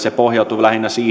se pohjautui